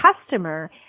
customer